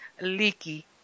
leaky